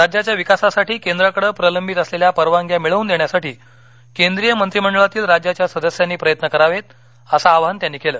राज्याच्या विकासासाठी केंद्राकडे प्रलंबित असलेल्या परवानग्या मिळवून देण्यासाठी केंद्रीय मंत्रिमंडळातील राज्याच्या सदस्यांनी प्रयत्न करावेत असं आवाहन त्यांनी केलं